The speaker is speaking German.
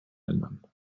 ländern